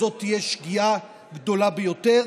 זאת תהיה שגיאה הגדולה ביותר,